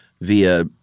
via